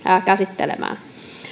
käsittelemään